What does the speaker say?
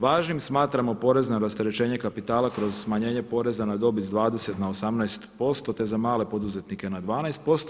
Važnim smatramo porezna rasterećenja kapitala kroz smanjenje poreza na dobit s 20 na 18% te za male poduzetnike na 12%